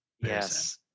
Yes